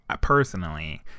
Personally